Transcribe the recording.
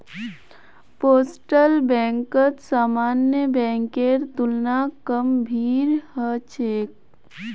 postal बैंकत सामान्य बैंकेर तुलना कम भीड़ ह छेक